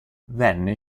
venne